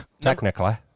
Technically